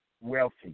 wealthy